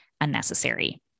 unnecessary